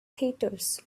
theatres